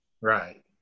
Right